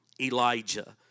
Elijah